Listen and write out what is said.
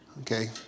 Okay